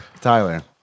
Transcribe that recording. Tyler